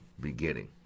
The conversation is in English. beginning